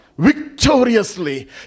Victoriously